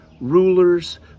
rulers